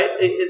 Right